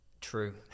True